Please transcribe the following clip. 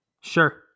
Sure